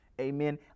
Amen